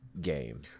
game